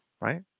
right